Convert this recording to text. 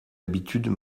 habitudes